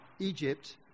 Egypt